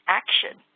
action